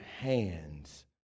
hands